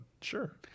Sure